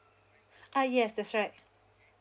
ah yes that's right